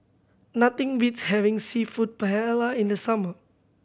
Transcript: nothing beats having Seafood Paella in the summer